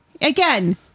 again